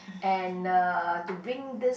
and uh to bring this